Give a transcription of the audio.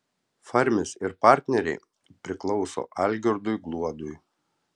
farmis ir partneriai priklauso algirdui gluodui